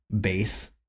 base